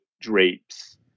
drapes